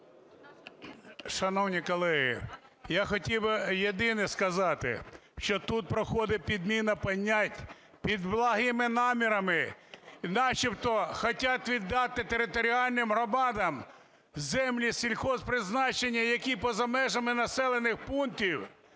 Шановні колеги, я хотів би єдине сказати, що тут проходить підміна понять. Під благими намірами начебто хочуть віддати територіальним громадам землі сільгосппризначення, які поза межами населених пунктів.